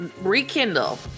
Rekindle